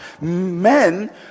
men